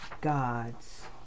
God's